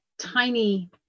tiny